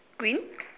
green